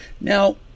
Now